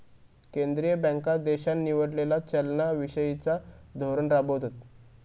केंद्रीय बँका देशान निवडलेला चलना विषयिचा धोरण राबवतत